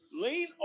lean